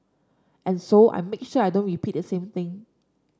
and so I make sure I don't repeat the same thing